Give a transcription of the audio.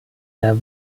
der